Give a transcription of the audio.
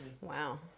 Wow